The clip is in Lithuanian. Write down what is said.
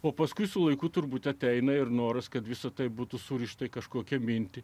o paskui su laiku turbūt ateina ir noras kad visa tai būtų surišta į kažkokią mintį